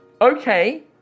Okay